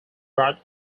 brought